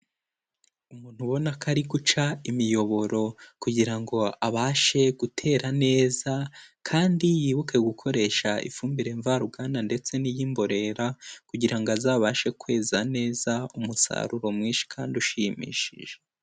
Umuntu ubona ko ari guca imiyoboro kugira ngo abashe gutera neza kandi yibuke gukoresha ifumbire mvaruganda ndetse n'iy'imborera kugira ngo azabashe kweza neza umusaruro mwinshi kandi ushimishije.